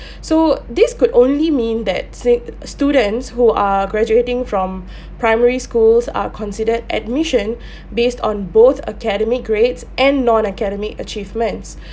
so this could only mean that said students who are graduating from primary schools are considered admission based on both academic grades and non academic achievements